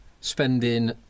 spending